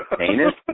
Anus